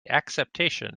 acceptation